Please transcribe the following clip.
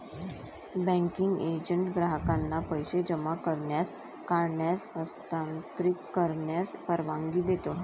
banking agent ग्राहकांना पैसे जमा करण्यास, काढण्यास, हस्तांतरित करण्यास परवानगी देतो